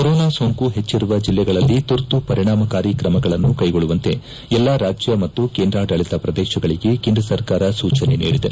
corona ಸೋಂಕು ಹೆಚ್ಚರುವ ಜಿಲ್ಲೆಗಳಲ್ಲಿ ತುರ್ತು ಪರಿಣಾಮಕಾರಿ ಕ್ರಮಗಳನ್ನು ಕೈಗೊಳ್ಳುವಂತೆ ಎಲ್ಲಾ ರಾಜ್ಯ ಮತ್ತು ಕೇಂದ್ರಾಡಳಿತ ಪ್ರದೇಶಗಳಿಗೆ ಕೇಂದ್ರ ಸರ್ಕಾರ ಸೂಚನೆ ನೀಡಿದೆ